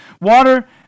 water